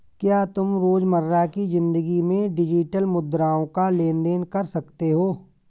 क्या तुम रोजमर्रा की जिंदगी में डिजिटल मुद्राओं का लेन देन कर सकते हो?